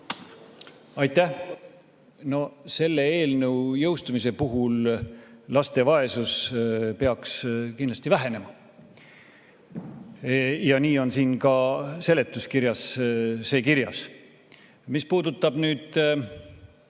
Aitäh! Selle eelnõu jõustumise puhul laste vaesus peaks kindlasti vähenema. Nii on see ka seletuskirjas kirjas. Mis puudutab